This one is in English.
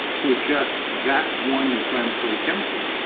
to adjust that one inflammatory chemical.